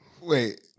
Wait